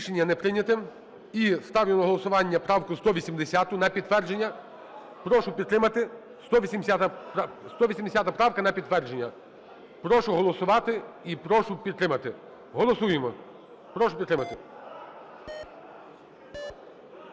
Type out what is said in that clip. Рішення не прийнято. І ставлю на голосування правку 180-у на підтвердження. Прошу підтримати, 180 правка на підтвердження. Прошу голосувати і прошу підтримати. Голосуємо. Прошу підтримати.